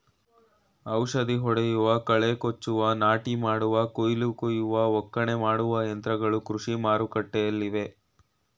ಔಷಧಿ ಹೊಡೆಯುವ, ಕಳೆ ಕೊಚ್ಚುವ, ನಾಟಿ ಮಾಡುವ, ಕುಯಿಲು ಕುಯ್ಯುವ, ಒಕ್ಕಣೆ ಮಾಡುವ ಯಂತ್ರಗಳು ಕೃಷಿ ಮಾರುಕಟ್ಟೆಲ್ಲಿವೆ